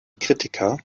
kritiker